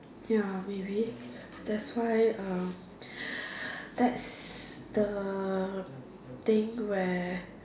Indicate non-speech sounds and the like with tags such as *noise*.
ya maybe that's why uh *breath* that's the thing where